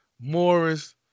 Morris